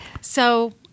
So-